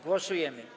Głosujemy.